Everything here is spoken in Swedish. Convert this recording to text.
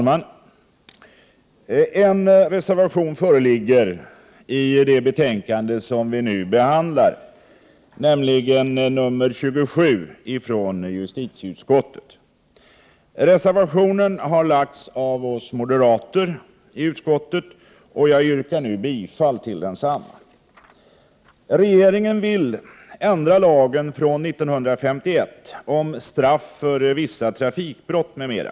Herr talman! I justitieutskottets betänkande 27 finns det en reservation, som har skrivits av moderaterna i utskottet. Härmed yrkar jag bifall till reservationen. Regeringen vill ändra lagen från 1951 om straff för vissa trafikbrott, m.m.